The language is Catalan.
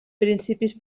principis